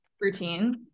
routine